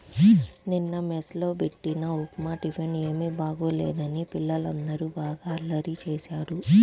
నిన్న మెస్ లో బెట్టిన ఉప్మా టిఫిన్ ఏమీ బాగోలేదని పిల్లలందరూ బాగా అల్లరి చేశారు